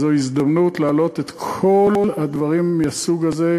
אבל זו הזדמנות להעלות את כל הדברים מהסוג הזה